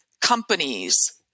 companies